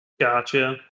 Gotcha